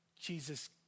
Jesus